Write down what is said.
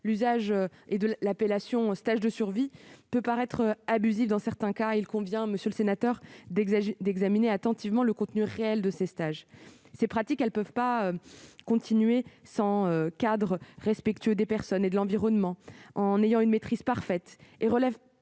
l'usage de l'appellation « stage de survie » peut paraître abusif dans certains cas ; il convient donc d'examiner attentivement le contenu réel de ces stages. Ces pratiques ne peuvent continuer sans un cadre respectueux des personnes et de l'environnement, sans une maîtrise parfaite. On y relève